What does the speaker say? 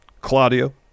Claudio